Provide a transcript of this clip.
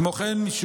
כמו כן,